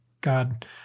God